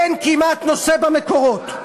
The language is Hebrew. אין כמעט נושא במקורות,